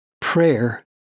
prayer